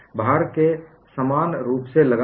भार को समान रूप से लगाएं